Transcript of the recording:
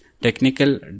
technical